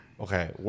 Okay